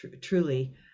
truly